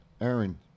Aaron